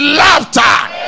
laughter